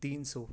تین سو